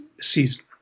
season